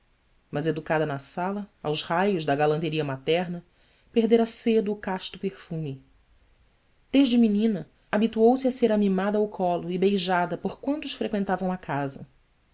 mas educada na sala aos raios da galanteria materna perdera cedo o casto perfume desde menina habituou-se a ser amimada ao colo e beijada por quantos freqüentavam a casa